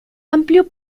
amplio